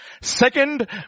Second